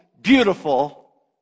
beautiful